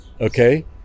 okay